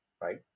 right